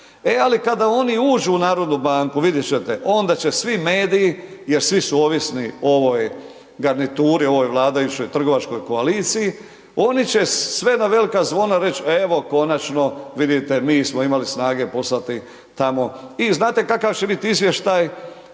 kada oni uđu u NBH vidjet ćete onda će svi mediji, jer svi su ovisni o ovoj garnituri, o ovoj vladajućoj trgovačkoj koaliciji, oni će sve na velika zvona reći, evo konačno vidite mi smo imali snage poslati tamo. I znate kakav će biti izvještaj?